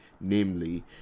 namely